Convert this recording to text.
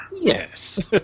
Yes